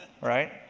right